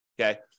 okay